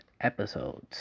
episodes